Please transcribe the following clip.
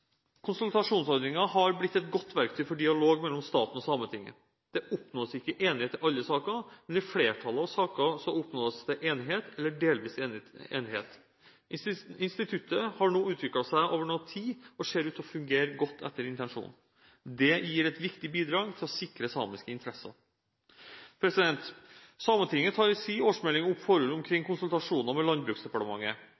Konsultasjonsordningen har blitt et godt verktøy for dialog mellom staten og Sametinget. Det oppnås ikke enighet i alle saker, men i flertallet av saker oppnås det enighet eller delvis enighet. Instituttet har nå utviklet seg over noe tid, og ser ut til å fungere godt etter intensjonen. Det gir et viktig bidrag til å sikre samiske interesser. Sametinget tar i sin årsmelding opp forhold